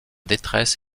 détresse